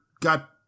got